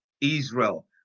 Israel